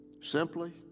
simply